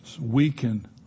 weaken